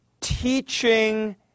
teaching